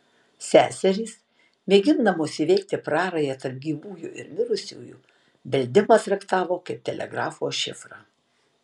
seserys mėgindamos įveikti prarają tarp gyvųjų ir mirusiųjų beldimą traktavo kaip telegrafo šifrą